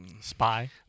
Spy